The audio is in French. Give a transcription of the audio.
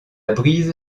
brise